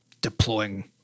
deploying